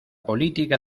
política